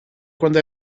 quando